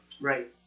Right